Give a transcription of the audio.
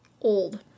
old